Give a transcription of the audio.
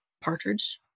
Partridge